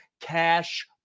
cash